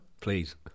Please